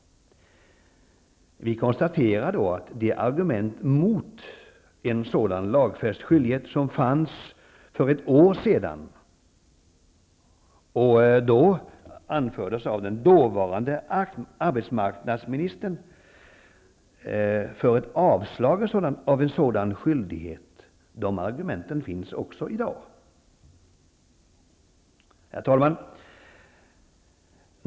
Vi konstaterar att de argument mot en sådan lagfäst skyldighet som fanns för ett år sedan, och då anfördes av den dåvarande arbetsmarknadsministern som grund för avslag på en sådan skyldighet, också finns i dag. Herr talman!